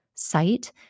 Site